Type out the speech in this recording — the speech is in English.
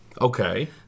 Okay